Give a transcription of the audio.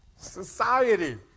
society